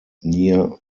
near